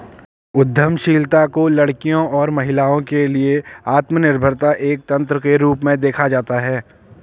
उद्यमशीलता को लड़कियों और महिलाओं के लिए आत्मनिर्भरता एक तंत्र के रूप में देखा जाता है